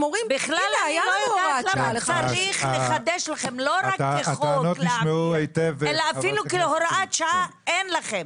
אתם אומרים, הנה, היה לנו הוראת שעה לחמש שנים.